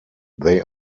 they